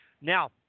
Now